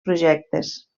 projectes